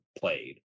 played